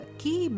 key